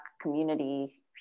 community